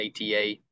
ATA